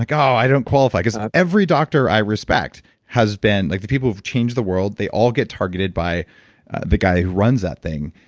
like, um ah i don't qualify. because every doctor i respect has been, like the people who have changed the world, they all get targeted by the guy who runs that thing.